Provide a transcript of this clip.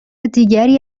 دیگری